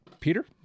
Peter